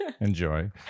enjoy